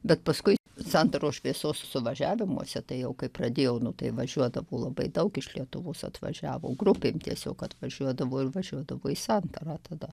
bet paskui santaros šviesos suvažiavimuose tai jau kai pradėjo nu tai važiuodavo labai daug iš lietuvos atvažiavo grupėm tiesiog atvažiuodavo ir važiuodavo į santarą tada